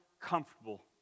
comfortable